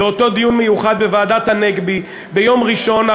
באותו דיון מיוחד בוועדת הנגבי ביום ראשון,